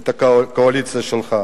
הקואליציה שלך?